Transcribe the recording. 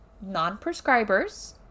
non-prescribers